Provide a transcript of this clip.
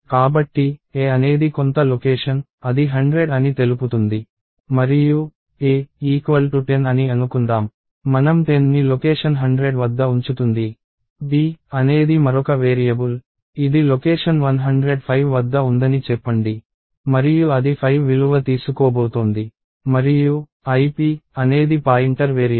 కాబట్టి a అనేది కొంత లొకేషన్ అది 100 అని తెలుపుతుంది మరియు a 10 అని అనుకుందాం మనం 10ని లొకేషన్ 100 వద్ద ఉంచుతుంది b అనేది మరొక వేరియబుల్ ఇది లొకేషన్ 105 వద్ద ఉందని చెప్పండి మరియు అది 5 విలువ తీసుకోబోతోంది మరియు ip అనేది పాయింటర్ వేరియబుల్